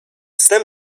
snem